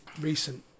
recent